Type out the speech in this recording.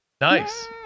Nice